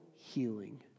Healing